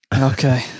okay